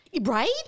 Right